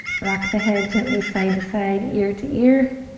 rock the head gently side to side, ear to ear.